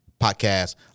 podcast